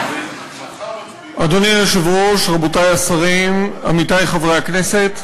אדוני היושב-ראש, רבותי השרים, עמיתי חברי הכנסת,